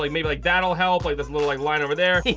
like maybe like that'll help, like this little line over there.